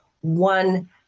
one